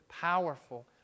powerful